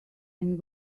and